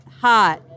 hot